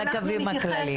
לקווים הכלליים.